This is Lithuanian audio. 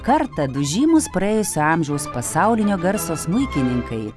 kartą du žymus praėjusio amžiaus pasaulinio garso smuikininkai